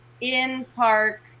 in-park